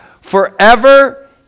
forever